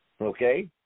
Okay